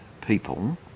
people